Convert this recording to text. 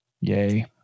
Yay